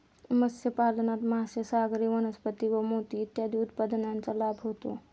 मत्स्यपालनात मासे, सागरी वनस्पती व मोती इत्यादी उत्पादनांचा लाभ होतो